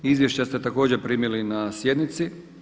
Izvješća ste također primili na sjednici.